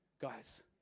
guys